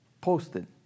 posted